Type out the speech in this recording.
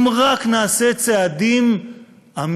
אם רק, נעשה צעדים אמיצים,